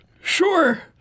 Sure